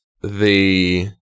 the-